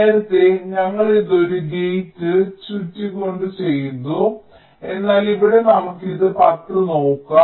നേരത്തേ ഞങ്ങൾ ഇത് ഒരു ഗേറ്റ് ചുറ്റിക്കൊണ്ട് ചെയ്തു എന്നാൽ ഇവിടെ നമുക്ക് ഇത് 10 നോക്കാം